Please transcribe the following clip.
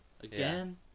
again